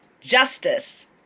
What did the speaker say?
justice